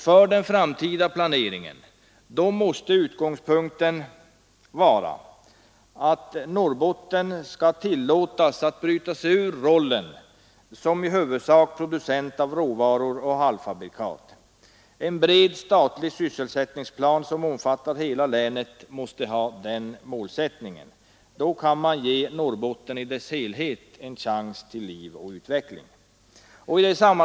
För den framtida planeringen måste gälla att Norrbotten skall tillåtas att bryta sig ur rollen som i huvudsak producent av råvaror och halvfabrikat. En bred statlig sysselsättningsplan som omfattar hela länet måste ha den målsättningen. Då kan man ge Norrbotten i dess helhet en chans till liv och utveckling.